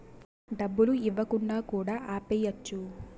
డబ్బులు ఇవ్వకుండా కూడా ఆపేయచ్చు